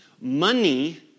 Money